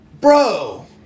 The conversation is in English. bro